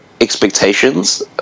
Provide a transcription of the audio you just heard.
expectations